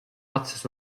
acis